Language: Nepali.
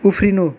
उफ्रिनु